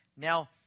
Now